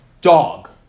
dog